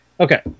Okay